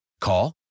Call